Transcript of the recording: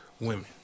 women